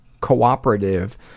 cooperative